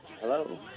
hello